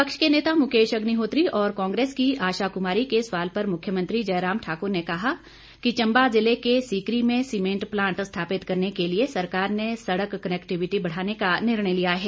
विपक्ष के नेता मुकेश अग्निहोत्री और कांग्रेस की आशा कमारी के सवाल पर मुख्यमंत्री जयराम ठाकुर ने कहा कि चंबा जिले के सिकरी में सीमेंट प्लांट स्थापित करने के लिए सरकार ने सड़क कनैक्टिविटी बढ़ाने का निर्णय लिया है